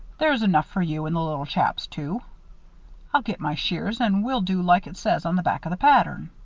there's enough for you and the little chaps, too. i'll get my shears and we'll do like it says on the back of the pattern.